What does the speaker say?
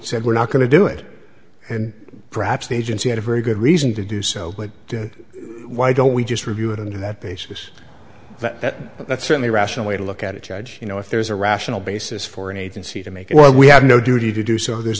said we're not going to do it and perhaps the agency had a very good reason to do so but why don't we just review it on that basis that that's certainly a rational way to look at it judge you know if there's a rational basis for an agency to make it well we have no duty to do so there's